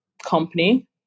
company